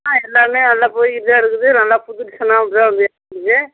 ஆ எல்லாமே நல்லா போய்க்கிட்டு தான் இருக்குது நல்லா புது டிசைனாக இப்போ தான் வந்து இறங்கிருக்குது